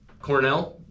Cornell